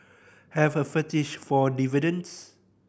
have a fetish for dividends